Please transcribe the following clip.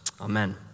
amen